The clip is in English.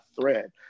thread